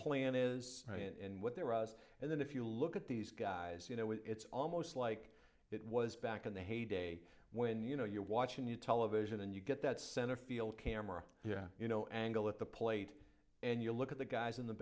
plan is right and what they're us and then if you look at these guys you know it's almost like it was back in the heyday when you know you're watching new television and you get that center field camera yeah you know angle at the plate and you look at the guys in the